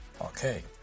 Okay